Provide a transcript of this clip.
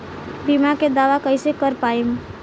बीमा के दावा कईसे कर पाएम?